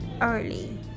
early